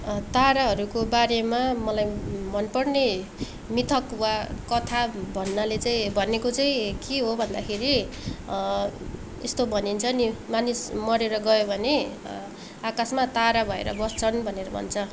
ताराहरूको बारेमा मलाई मनपर्ने मिथक वा कथा भन्नाले चाहिँ भनेको चैाहिँ के हो भन्दाखेरि यस्तो भनिन्छ नि मानिस मरेर गयो भने आकाशमा तारा भएर बस्छन् भनेर भन्छ